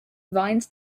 vines